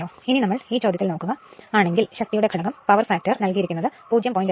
ഇനി നമ്മൾ ഈ ചോദ്യത്തിൽ നോക്കുക ആണെങ്കിൽ ശക്തിയുടെ ഘടകം നൽകിയിരിക്കുന്നത് 0